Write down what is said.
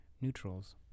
neutrals